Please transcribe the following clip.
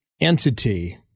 entity